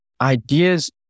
ideas